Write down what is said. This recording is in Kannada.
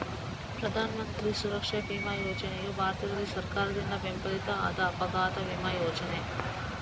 ಪ್ರಧಾನ ಮಂತ್ರಿ ಸುರಕ್ಷಾ ಬಿಮಾ ಯೋಜನೆಯು ಭಾರತದಲ್ಲಿ ಸರ್ಕಾರದಿಂದ ಬೆಂಬಲಿತ ಆದ ಅಪಘಾತ ವಿಮಾ ಯೋಜನೆ